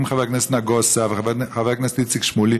עם חבר הכנסת נגוסה וחבר הכנסת איציק שמולי,